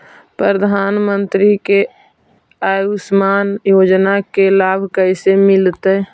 प्रधानमंत्री के आयुषमान योजना के लाभ कैसे मिलतै?